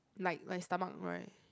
like like stomach groan